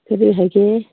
ꯀꯔꯤ ꯍꯥꯏꯒꯦ